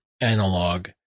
analog